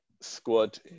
squad